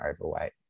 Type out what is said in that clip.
overweight